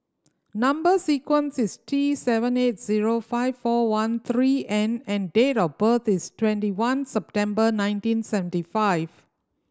number sequence is T seven eight zero five four one three N and date of birth is twenty one September nineteen seventy five